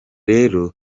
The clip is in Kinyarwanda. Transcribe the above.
rero